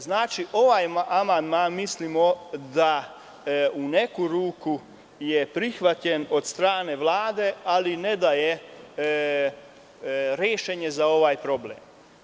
Znači, ovaj amandman mislimo da u neku ruku je prihvaćen od strane Vlade, ali ne daje rešenje za ovaj problem.